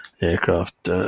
aircraft